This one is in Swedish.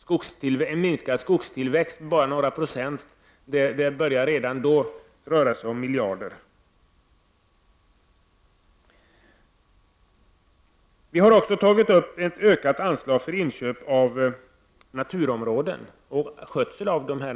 Redan en minskning av skogstillväxten med några procent handlar om miljardbelopp. Vi vill också ha en höjning av anslaget för inköp av naturområden och för skötseln av dessa.